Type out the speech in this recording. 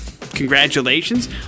Congratulations